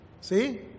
See